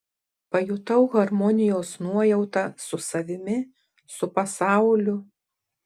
pajutau harmonijos nuojautą su savimi su pasauliu